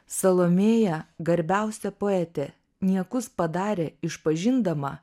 salomėja garbiausia poetė niekus padarė išpažindama